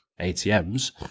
ATMs